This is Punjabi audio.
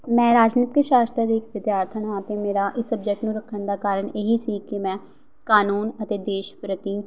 ਮੈਂ ਰਾਜਨੀਤਿਕ ਸ਼ਾਸ਼ਤਰ ਵਿਚ ਵਿਧਿਆਰਥਣ ਹਾਂ ਅਤੇ ਮੇਰਾ ਇਹ ਸਬਜੈਕਟ ਨੂੰ ਰੱਖਣ ਦਾ ਕਾਰਣ ਇਹ ਹੀ ਸੀ ਕਿ ਮੈਂ ਕਾਨੂੰਨ ਅਤੇ ਦੇਸ਼ ਪ੍ਰਤੀ